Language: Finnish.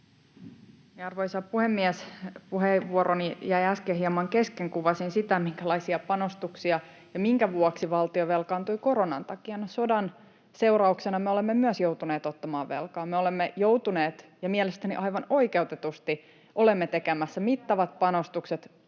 Arvoisa puhemies! Puheenvuoroni jäi äsken hieman kesken. Kuvasin sitä, minkälaisia panostuksia ja minkä vuoksi valtio velkaantui koronan takia. No, myös sodan seurauksena me olemme joutuneet ottamaan velkaa. Me olemme joutuneet tekemään ja mielestäni aivan oikeutetusti olemme tekemässä mittavat panostukset